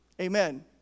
Amen